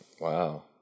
Wow